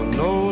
no